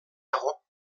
dago